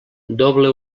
doble